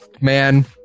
man